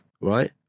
right